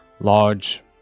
large